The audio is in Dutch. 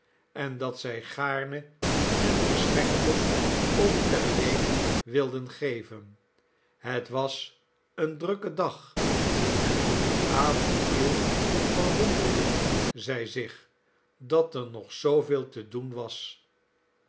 en dat zij gaarne ten geschenke of ter leen wilden geven het was een drukke dag en toen de avond viel verwonderden zij zich dat er nog zooveel te doen was